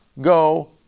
go